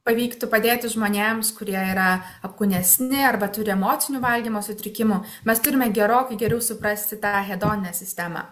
pavyktų padėti žmonėms kurie yra apkūnesni arba turi emocinių valgymo sutrikimų mes turime gerokai geriau suprasti tą hedoninę sistemą